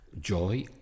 joy